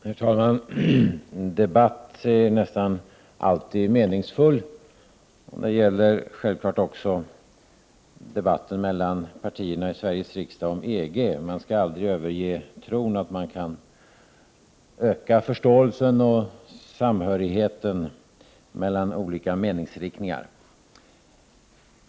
Herr talman! Debatt är nästan alltid meningsfull, och det gäller självfallet också debatten mellan partierna i Sveriges riksdag om EG. Man skall aldrig överge tron att man kan öka förståelsen och samhörigheten mellan olika meningsriktningar.